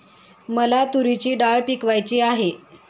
मला तूरीची डाळ पिकवायची आहे